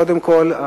קודם כול,